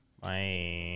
Bye